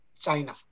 China